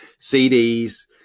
CDs